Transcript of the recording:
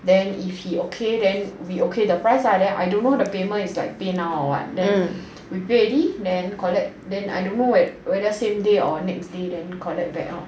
then if he okay then we okay with the price lah then I don't know the payment is pay now or what then we pay already then collect then I don't know whether same day or next day then collect or